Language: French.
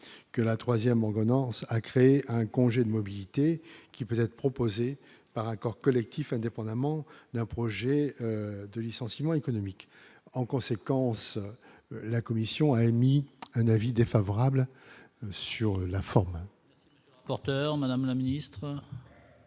que la 3ème, banque Venance à créer un congé de mobilité qui peuvent être proposée par accord collectif, indépendamment d'un projet de licenciement économique, en conséquence, la commission a émis un avis défavorable sur la forme.